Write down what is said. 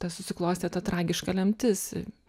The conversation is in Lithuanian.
ta susiklostė ta tragiška lemtis